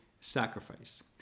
sacrifice